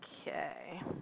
Okay